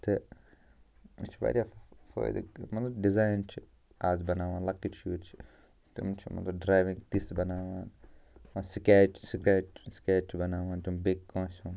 تہٕ اَسہِ چھِ واریاہ فٲیِدٕ مطلب ڈِزایِن چھِ اَز بناوان لۅکٕٹۍ شُرۍ چھِ تِم چھِ مطلب ڈرٛاوِنٛگ تِژھ بناوان سِکیچ سِکریچ سِکیچ چھِ بناوان تِم بیٚیہِ کٲنٛسہِ ہُنٛد